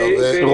אנחנו